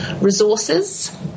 resources